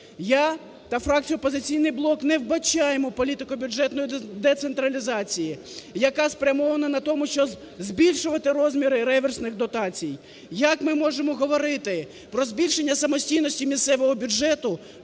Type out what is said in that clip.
Я, та фракція "Опозиційний блок" не вбачаємо політику бюджетної децентралізації, яка спрямована на тому, що збільшувати розміри реверсних дотацій. Як ми можемо говорити про збільшення самостійності місцевого бюджету,